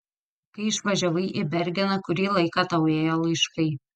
kai išvažiavai į bergeną kurį laiką tau ėjo laiškai